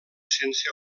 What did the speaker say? sense